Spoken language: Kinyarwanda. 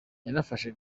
yanafashe